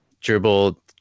dribble